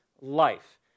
life